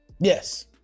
yes